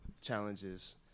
challenges